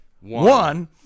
One